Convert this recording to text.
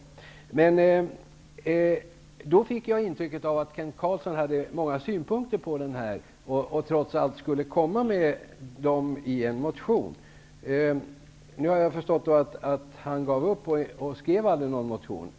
Under den här debatten fick jag intrycket att Kent Carlsson hade många synpunkter på propositionsförslaget, och jag trodde att han skulle ta upp dessa synpunkter i en motion. Nu har jag förstått att han gav upp och aldrig skrev någon motion.